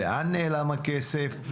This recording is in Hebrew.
לאן נעלם הכסף.